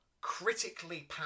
critically